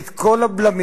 את כל הבלמים,